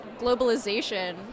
globalization